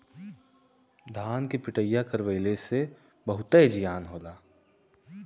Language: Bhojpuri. धान के पिटईया करवइले से बहुते जियान होला